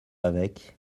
avec